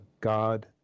God